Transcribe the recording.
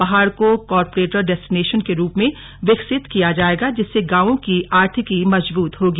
पहाड़ को corporate destination के रूप में विकसित किया जाएगा जिससे गांवों की आर्थिकी मजबूत होगी